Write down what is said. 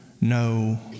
no